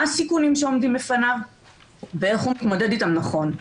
הסיכונים שעומדים בפניו ואיך הוא מתמודד איתם נכון.